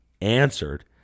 answered